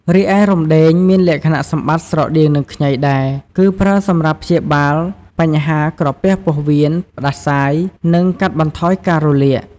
រីឯរំដេង មានលក្ខណៈសម្បត្តិស្រដៀងនឹងខ្ញីដែរ គឺប្រើសម្រាប់ព្យាបាលបញ្ហាក្រពះពោះវៀន ផ្តាសាយ និងកាត់បន្ថយការរលាក។